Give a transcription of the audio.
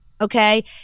okay